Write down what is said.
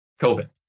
COVID